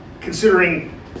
considering